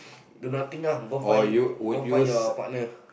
do nothing ah go find go find your partner